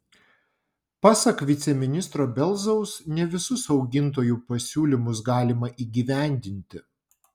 pasak viceministro belzaus ne visus augintojų pasiūlymus galima įgyvendinti